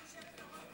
גברתי היושבת-ראש,